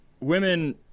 women